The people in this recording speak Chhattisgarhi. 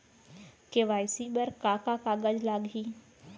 के.वाई.सी बर का का कागज लागही?